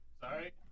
Sorry